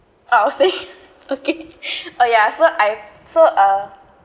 I was saying okay oh ya so I so uh